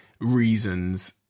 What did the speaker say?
reasons